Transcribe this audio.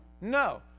No